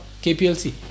KPLC